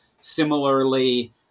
Similarly